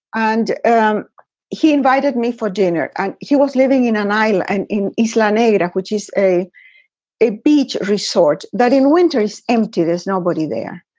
and ah um he invited me for dinner and he was living in an island in islamabad, which is a a beach resort that in winter is empty. there's nobody there.